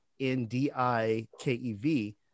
N-D-I-K-E-V